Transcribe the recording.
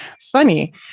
funny